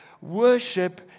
Worship